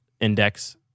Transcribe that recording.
index